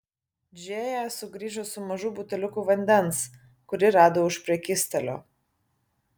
džėja sugrįžo su mažu buteliuku vandens kurį rado už prekystalio